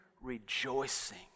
rejoicing